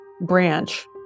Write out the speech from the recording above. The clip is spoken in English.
branch